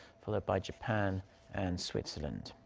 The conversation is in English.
followed by japan and switzerland.